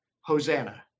Hosanna